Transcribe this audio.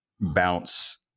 bounce